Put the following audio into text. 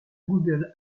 google